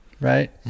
right